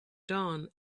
dawn